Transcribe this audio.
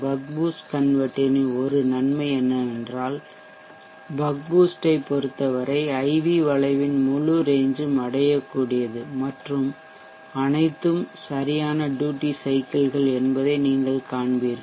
buck boost கன்வெர்ட்டரின் ஒரு நன்மை என்னவென்றால் பக் பூஸ்டு ஐப் பொறுத்தவரை IV வளைவின் முழு ரேஞ்சும் அடையக்கூடியது மற்றும் அனைத்தும் சரியான ட்யூட்டி சைக்கிள்கள் என்பதை நீங்கள் காண்பீர்கள்